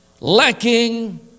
lacking